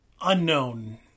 unknown